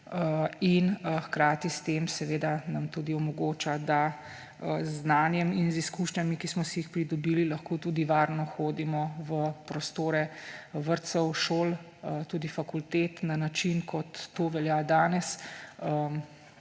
in hkrati s tem seveda nam tudi omogoča, da z znanjem in izkušnjami, ki smo si jih pridobili, lahko tudi varno hodimo v prostore vrtcev, šol, tudi fakultet na način, kot to velja danes